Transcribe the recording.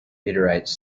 meteorites